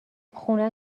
خونه